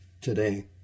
today